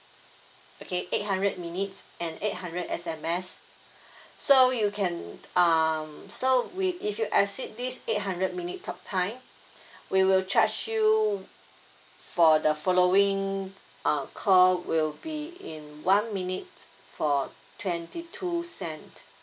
okay eight hundred minutes and eight hundred S_M_S so you can um so we if you exceed this eight hundred minute talk time we will charge you for the following uh call will be in one minute for twenty two cent